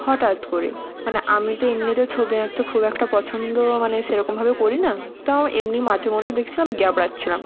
হঠাৎ করে মানে আমি তো এমনিতেও ছবি আঁকতে খুব একটা পছন্দ মানে সেরকমভাবেও করি না তাও এমনি মাঝেমধ্যে দেখছিলাম গেবড়াচ্ছিলাম